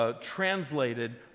translated